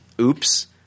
Oops